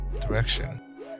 direction